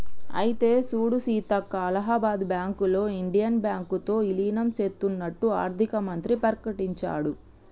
అయితే సూడు సీతక్క అలహాబాద్ బ్యాంకులో ఇండియన్ బ్యాంకు తో ఇలీనం సేత్తన్నట్టు ఆర్థిక మంత్రి ప్రకటించాడు